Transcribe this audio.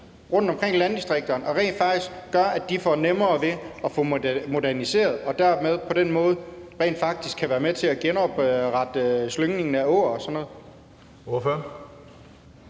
rundtomkring i landdistrikterne, og at det rent faktisk kunne gøre, at de får nemmere ved at få moderniseret, og at de på den måde også kan være med til at genoprette slyngningen af åer og sådan noget?